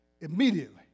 Immediately